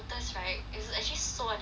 is actually so unhealthy